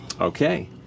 Okay